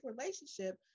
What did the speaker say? relationship